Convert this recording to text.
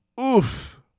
Oof